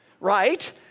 right